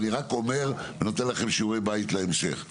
אני רק נותן לכם שיעורי בית להמשך.